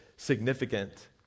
significant